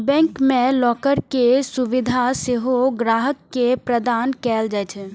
bank मे locker के सुविधा सेहो ग्राहक के प्रदान कैल जाइ छै